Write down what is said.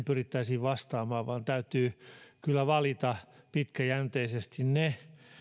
pyrittäisiin vastaamaan vaan täytyy kyllä valita pitkäjänteisesti ne